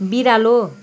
बिरालो